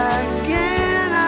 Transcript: again